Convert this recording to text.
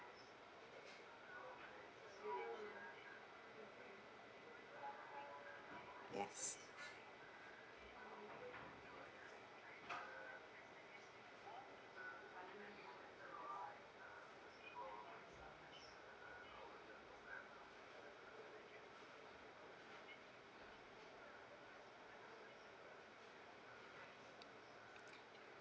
yes